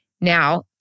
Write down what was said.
Now